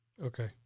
Okay